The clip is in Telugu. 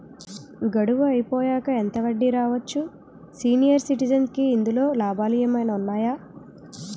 గడువు అయిపోయాక ఎంత వడ్డీ రావచ్చు? సీనియర్ సిటిజెన్ కి ఇందులో లాభాలు ఏమైనా ఉన్నాయా?